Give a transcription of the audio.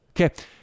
Okay